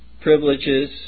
privileges